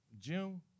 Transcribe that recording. June